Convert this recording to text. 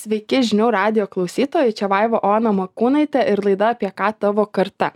sveiki žinių radijo klausytojai čia vaiva ona morkūnaitė ir laida apie ką tavo karta